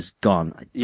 gone